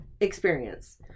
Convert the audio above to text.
experience